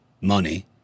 money